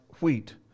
wheat